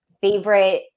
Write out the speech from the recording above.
favorite